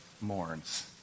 mourns